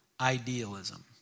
idealism